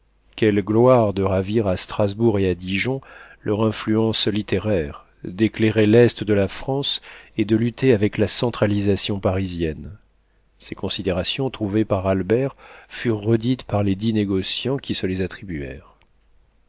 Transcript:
quelle gloire de ravir à strasbourg et à dijon leur influence littéraire d'éclairer l'est de la france et de lutter avec la centralisation parisienne ces considérations trouvées par albert furent redites par les dix négociants qui se les attribuèrent